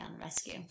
rescue